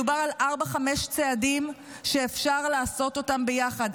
מדובר על ארבעה-חמישה צעדים שאפשר לעשות ביחד,